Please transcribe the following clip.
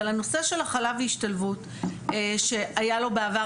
אבל הנושא של הכלה והשתלבות שהיה לו בעבר